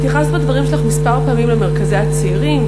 התייחסת בדברים שלך כמה פעמים למרכזי הצעירים.